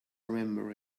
remember